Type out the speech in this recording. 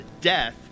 death